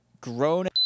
grown-